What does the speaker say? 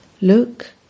Look